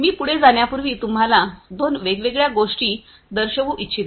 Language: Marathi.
मी पुढे जाण्यापूर्वी तुम्हाला दोन वेगवेगळ्या गोष्टी दर्शवू इच्छितो